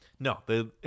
No